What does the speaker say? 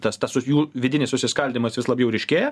tas tas jų vidinis susiskaldymas vis labjau ryškėja